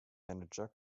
manager